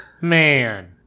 Man